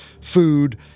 food